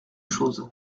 chose